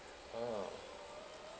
a'ah